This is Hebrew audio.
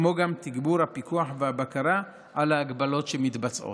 כמו גם תגבור הפיקוח והבקרה על ההגבלות שמתבצעות.